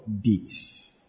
deeds